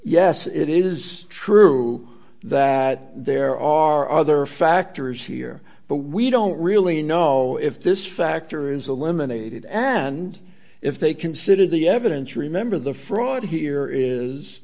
yes it is true that there are other factors here but we don't really know if this factor is a limited and if they consider the evidence remember the fraud here is